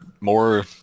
more